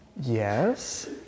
Yes